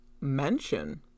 mention